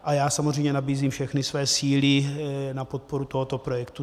A já samozřejmě nabízím všechny svoje síly na podporu tohoto projektu.